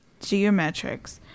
geometrics